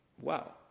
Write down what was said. wow